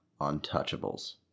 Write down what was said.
Untouchables